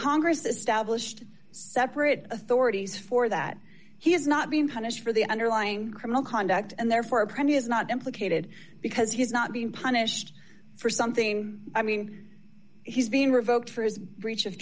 congress established separate authorities for that he is not being punished for the underlying criminal conduct and therefore apprentice not implicated because he's not being punished for something i mean he's being revoked for his breach of